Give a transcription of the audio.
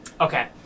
Okay